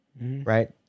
right